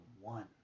one